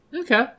Okay